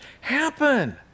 happen